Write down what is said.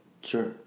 Sure